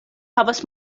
havas